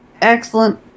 Excellent